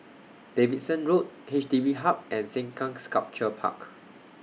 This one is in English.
Davidson Road H D B Hub and Sengkang Sculpture Park